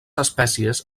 espècies